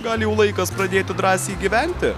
gal jau laikas pradėti drąsiai gyventi